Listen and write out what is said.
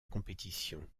compétition